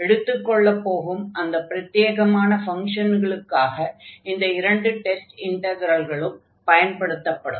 எடுத்துக்கொள்ள போகும் அந்த பிரத்யேகமான ஃபங்ஷன்களுக்காக இந்த இரண்டு டெஸ்ட் இன்டக்ரல்களும் பயன்படுத்தப்படும்